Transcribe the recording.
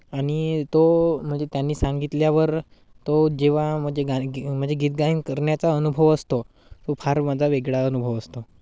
आणि तो म्हणजे त्यांनी सांगितल्यावर तो जेव्हा म्हणजे गार गी म्हणजे गीत गायन करण्याचा अनुभव असतो तो फार माझा वेगळा अनुभव असतो